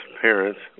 parents